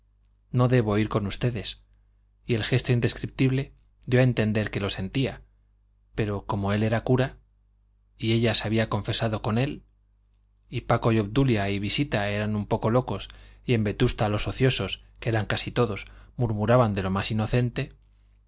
no debo ir con ustedes y el gesto indescriptible dio a entender que lo sentía pero que como él era cura y ella se había confesado con él y paco y obdulia y visita eran un poco locos y en vetusta los ociosos que eran casi todos murmuraban de lo más inocente